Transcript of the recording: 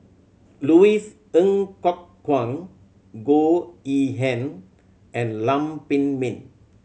Louis Ng Kok Kwang Goh Yihan and Lam Pin Min